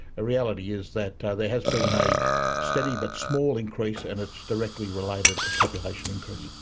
reality is that there has been a steady but small increase and it's directly related to population increase.